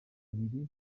abiri